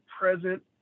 present